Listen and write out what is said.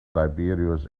tiberius